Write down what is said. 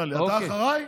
אתה אחריי?